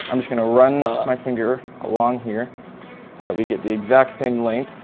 i'm just going to run my finger along here so that we get the exact same length